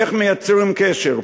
איך מייצרים קשר?